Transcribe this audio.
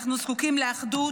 אנחנו זקוקים לאחדות.